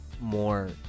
more